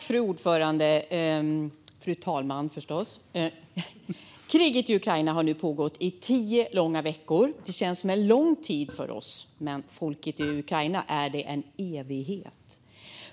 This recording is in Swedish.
Fru talman! Kriget i Ukraina har nu pågått i tio långa veckor. Det känns som lång tid för oss, men för folket i Ukraina är det en evighet.